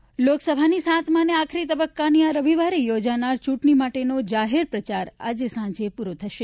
ચૂંટણી પ્રચાર લોકસભાની સાતમા અને આખરી તબક્કાની આ રવિવારે યોજાનારી ચૂંટણી માટેનો જાહેર પ્રચાર આજે સાંજે પૂરો થશે